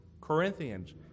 corinthians